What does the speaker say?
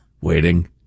Waiting